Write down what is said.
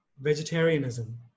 Vegetarianism